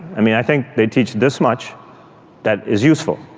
i mean, i think they teach this much that is useful.